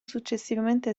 successivamente